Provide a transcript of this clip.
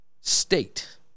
State